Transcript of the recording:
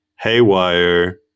haywire